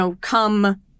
come